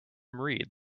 read